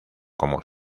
como